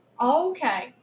okay